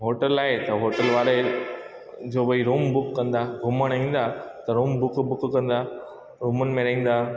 hotel आहे त hotel वारे जो भई रूम बुक कंदा घुमण ईंदा त रूम बुक बुक कंदा रूमनि में रहंदा